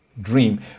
Dream